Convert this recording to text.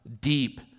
deep